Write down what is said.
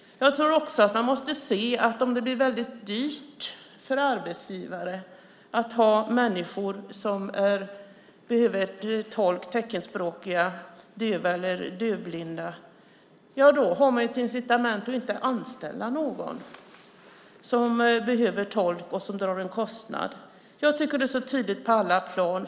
Jag tror också att man måste se att om det blir väldigt dyrt för arbetsgivare att ha människor som behöver tolk - teckenspråkiga, döva eller dövblinda - har de ett incitament att inte anställa någon som behöver tolk och drar en kostnad. Jag tycker att det är tydligt på alla plan.